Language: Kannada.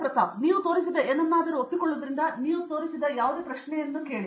ಪ್ರತಾಪ್ ಹರಿದಾಸ್ ಮತ್ತು ನೀವು ತೋರಿಸಿದ ಏನನ್ನಾದರೂ ಒಪ್ಪಿಕೊಳ್ಳುವುದರಿಂದ ನೀವು ತೋರಿಸಿದ ಯಾವುದೇ ಪ್ರಶ್ನೆಯನ್ನು ಕೇಳಲು